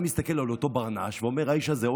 היה מסתכל על אותו ברנש ואומר: האיש הזה,